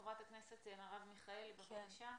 חברת הכנסת מרב מיכאלי, בבקשה.